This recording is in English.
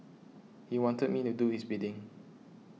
he wanted me to do his bidding